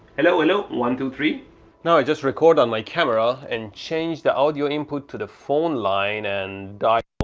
hello, hello, one two three now i just record on my camera and change the audio input to the phone line and die